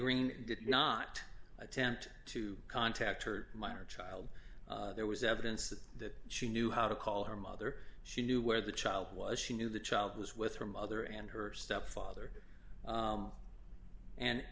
green did not attempt to contact her minor child there was evidence that she knew how to call her mother she knew where the child was she knew the child was with her mother and her stepfather